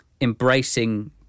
embracing